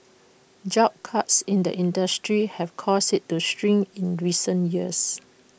job cuts in the industry have caused IT to shrink in recent years